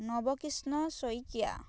Nabakrishna Saikia